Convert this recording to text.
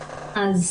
אז